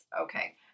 Okay